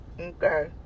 Okay